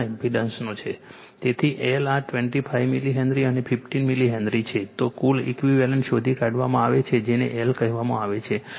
તેથી L આ 25 millihenry અને 15 મિલી હેનરી છે તો કુલ ઇકવીવેલન્ટ શોધી કાઢવામાં આવે છે જેને L કહેવામાં આવે છે